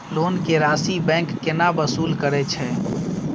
Loan के राशि bank केना वसूल करे छै?